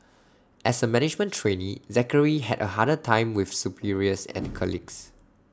as A management trainee Zachary had A harder time with superiors and colleagues